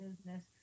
business